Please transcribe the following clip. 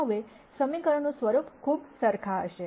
હવે સમીકરણનું સ્વરૂપ ખૂબ સરખા હશે